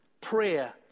Prayer